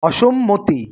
অসম্মতি